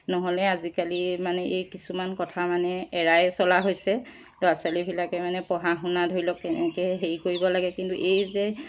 নহ'লে আজিকালি মানে এই কিছুমান কথা মানে এৰাই চলা হৈছে ল'ৰা ছোৱালীবিলাকে মানে পহা শুনা ধৰি লওক কেনেকৈ হেৰি কৰিব লাগে কিন্তু এই যে